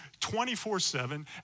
24-7